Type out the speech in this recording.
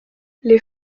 les